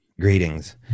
greetings